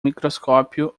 microscópio